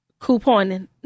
couponing